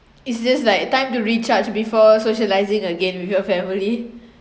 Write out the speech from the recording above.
it's just like time to recharge before socialising again with your family